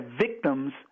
victims –